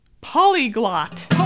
Polyglot